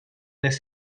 les